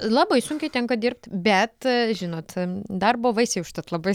labai sunkiai tenka dirbt bet žinot darbo vaisiai užtat labai